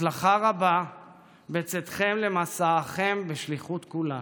הצלחה רבה בצאתכם למסעכם בשליחות כולנו.